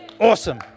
Awesome